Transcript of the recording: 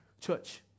church